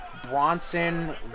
Bronson